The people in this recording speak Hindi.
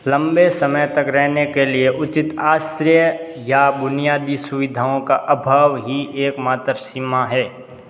लंबे समय तक रहने के लिए उचित आश्रय या बुनियादी सुविधाओं का अभाव ही एकमात्र सीमा है